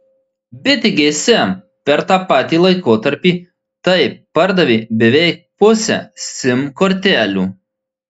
bitė gsm per tą patį laikotarpį taip pardavė beveik pusę sim kortelių